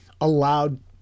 allowed